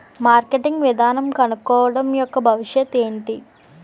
Marketing విధానం కనుక్కోవడం యెక్క భవిష్యత్ ఏంటి?